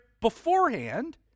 beforehand